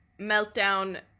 meltdown